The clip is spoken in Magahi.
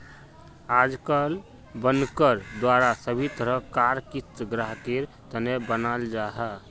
आजकल बनकर द्वारा सभी तरह कार क़िस्त ग्राहकेर तने बनाल जाहा